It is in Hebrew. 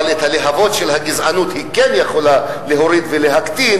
אבל את הלהבות של הגזענות היא כן יכולה להוריד ולהקטין